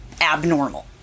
abnormal